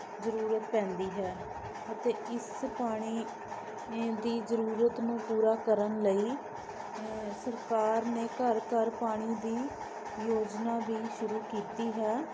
ਜ਼ਰੂਰਤ ਪੈਂਦੀ ਹੈ ਅਤੇ ਇਸ ਪਾਣੀ ਈ ਦੀ ਜ਼ਰੂਰਤ ਨੂੰ ਪੂਰਾ ਕਰਨ ਲਈ ਸਰਕਾਰ ਨੇ ਘਰ ਘਰ ਪਾਣੀ ਦੀ ਯੋਜਨਾ ਵੀ ਸ਼ੁਰੂ ਕੀਤੀ ਹੈ